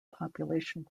population